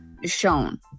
shown